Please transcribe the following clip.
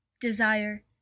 desire